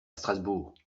strasbourg